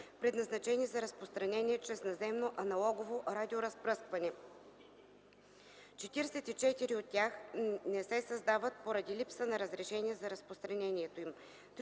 предназначени за разпространение чрез наземно аналогово радиоразпръскване (44 от тях не се създават поради липса на разрешение за разпространението им),